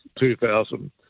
2000